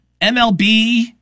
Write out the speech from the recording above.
MLB